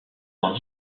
dans